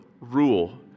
rule